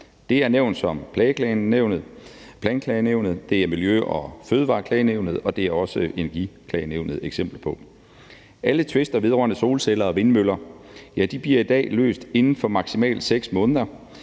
Det er nævn som Planklagenævnet, Miljø- og Fødevareklagenævnet og også Energiklagenævnet eksempler på. Alle tvister vedrørende solceller og vindmøller bliver i dag løst inden for maksimalt 6 måneder,